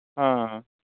ᱦᱚᱸ